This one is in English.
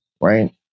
right